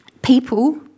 people